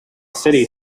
city